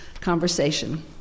conversation